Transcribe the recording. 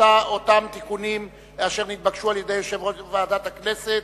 שאותם תיקונים אשר נתבקשו על-ידי יושב-ראש ועדת הכנסת,